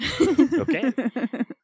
Okay